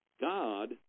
god